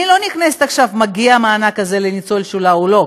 אני לא נכנסת עכשיו אם מגיע המענק הזה לניצול השואה או לא,